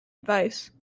advice